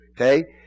Okay